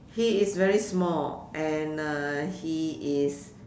he is very small and uh he is